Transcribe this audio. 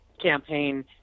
campaign